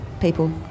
people